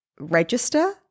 Register